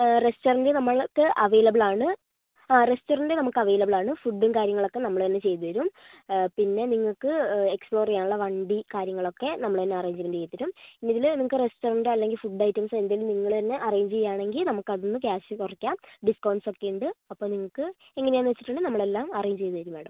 restaurant നമ്മൾക്ക് available ആണ് ആ റെസ്റ്റോറന്റ് നമുക്ക് അവൈലബിൾ ആണ് ഫുഡ്ഡും കാര്യങ്ങളൊക്കെ നമ്മൾ തന്നെ ചെയ്തു തരും പിന്നെ നിങ്ങൾക്ക് എക്സ്പ്ളോർ ചെയ്യാനുള്ള വണ്ടി കാര്യങ്ങളൊക്കെ നമ്മള് തന്നെ അറേഞ്ച്മെന്റ് ചെയ്തു തരും ഇല്ലെങ്കില് നിങ്ങൾക്ക് റെസ്റ്റോറന്റ് അല്ലെങ്കിൽ ഫുഡ്ഡ് ഐറ്റംസ് എന്തെങ്കിലും നിങ്ങള് തന്നെ അറേഞ്ച് ചെയ്യുകയാണെങ്കിൽ നമുക്ക് അതിൽ നിന്ന് ക്യാഷ് കുറയ്ക്കാം ഡിസ്ക്കൗണ്ട്സ് ഒക്കെയുണ്ട് അപ്പോൾ നിങ്ങൾക്ക് എങ്ങനെയാണെന്ന് വച്ചിട്ടുണ്ടെങ്കിൽ നമ്മളെല്ലാം അറേഞ്ച് ചെയ്തു തരും മേഡം